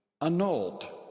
annulled